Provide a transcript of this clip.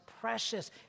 precious